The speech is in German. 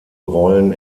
rollen